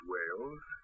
Wales